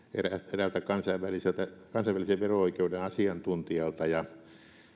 eräältä kansainvälisen kansainvälisen vero oikeuden asiantuntijalta ja